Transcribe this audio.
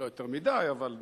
לא יותר מדי, אבל...